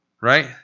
right